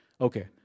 Okay